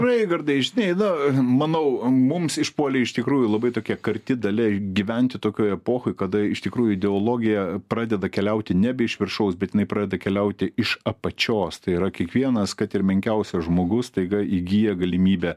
raigardai žinai na manau mums išpuolė iš tikrųjų labai tokia karti dalia gyventi tokioj epochoj kada iš tikrųjų ideologija pradeda keliauti nebe iš viršaus bet jinai pradeda keliauti iš apačios tai yra kiekvienas kad ir menkiausias žmogus staiga įgyja galimybę